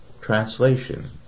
translation